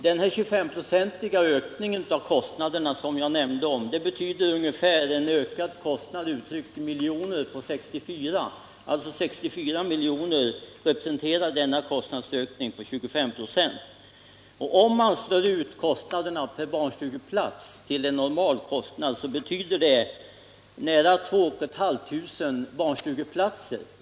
Den 25-procentiga ökningen av kostnaderna som jag nämnde betyder en höjning med 64 milj.kr. Om man räknar om detta i motsvarande antal barnstugeplatser till normal kostnad betyder det nära 2 500 barnstugeplatser.